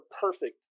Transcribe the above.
perfect